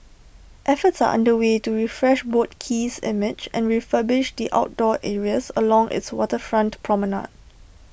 efforts are under way to refresh boat Quay's image and refurbish the outdoor areas along its waterfront promenade